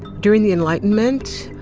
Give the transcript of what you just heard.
during the enlightenment,